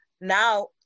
now